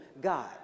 God